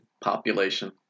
population